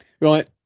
Right